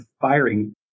firing